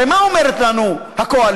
הרי מה אומרת לנו הקואליציה?